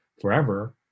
forever